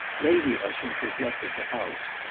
lady ushant was left at the house,